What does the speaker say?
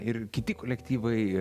ir kiti kolektyvai